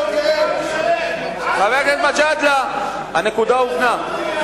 חבר הכנסת מג'אדלה, הנקודה הובנה.